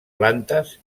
plantes